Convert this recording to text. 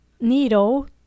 needle